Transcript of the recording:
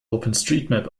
openstreetmap